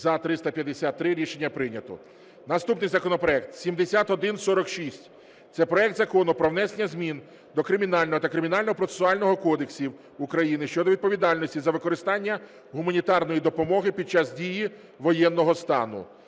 За – 353 Рішення прийнято. Наступний законопроект 7146 – це проект Закону про внесення змін до Кримінального та Кримінального процесуального кодексів України щодо відповідальності за використання гуманітарної допомоги під час дії воєнного стану.